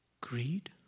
Greed